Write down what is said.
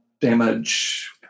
damage